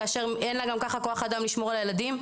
כאשר אין לה גם ככה כוח אדם לשמור על הילדים?